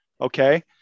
okay